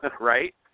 right